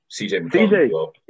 CJ